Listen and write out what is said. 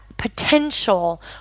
potential